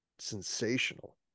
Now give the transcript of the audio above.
Sensational